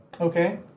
Okay